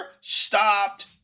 stopped